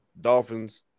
Dolphins